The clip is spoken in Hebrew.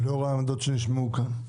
לאור העמדות שנשמעו כאן,